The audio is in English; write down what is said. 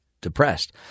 depressed